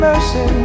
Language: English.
Mercy